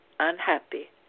Unhappy